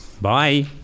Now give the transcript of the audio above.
Bye